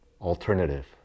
alternative